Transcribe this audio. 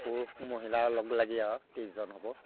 পুৰুষ মহিলা লগ লাগি আৰু ত্ৰিছজন হ'ব